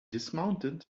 dismounted